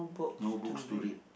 no books to read